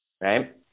Right